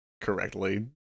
correctly